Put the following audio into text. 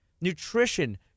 Nutrition